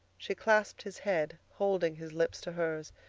she clasped his head, holding his lips to hers.